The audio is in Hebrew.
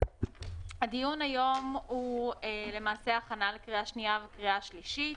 הדיון היום הוא הכנה לקריאה שנייה וקריאה שלישית.